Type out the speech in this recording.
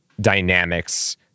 dynamics